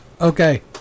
Okay